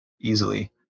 easily